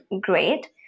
great